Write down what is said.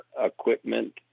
equipment